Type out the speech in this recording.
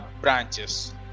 branches